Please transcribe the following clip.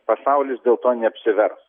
pasaulis dėl to neapsivers